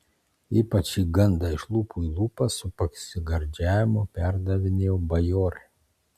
ypač šį gandą iš lūpų į lūpas su pasigardžiavimu perdavinėjo bajorai